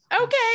okay